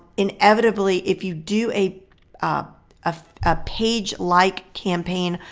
inevitably if you do a ah ah page like campaign,